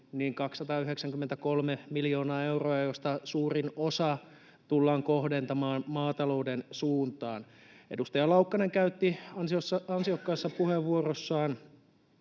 293 miljoonaa euroa, josta suurin osa tullaan kohdentamaan maatalouden suuntaan. Edustaja Laukkanen käytti ansiokkaassa puheenvuorossaan